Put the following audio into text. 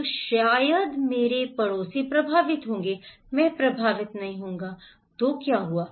तो शायद मेरे पड़ोसी प्रभावित होंगे मैं प्रभावित नहीं होगा तो क्या हुआ